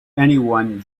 anyone